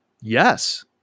yes